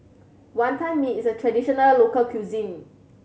Wonton Mee is a traditional local cuisine